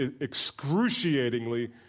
excruciatingly